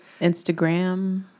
Instagram